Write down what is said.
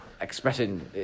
expressing